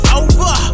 over